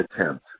attempt